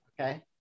Okay